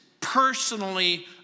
personally